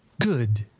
Good